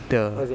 the